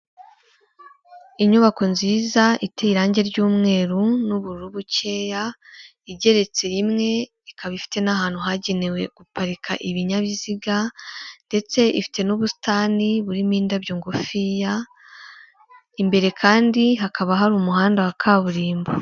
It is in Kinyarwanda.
Inyubako nziza iteye irangi ry'umweru n'ubururu bukeya, igeretse rimwe, ikaba ifite n'ahantu hagenewe guparika ibinyabiziga ndetse ifite n'ubusitani burimo indabyo ngufiya, imbere kandi hakaba hari umuhanda wa kaburimbo.